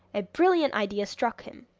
a brilliant idea struck him!